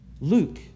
Luke